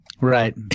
Right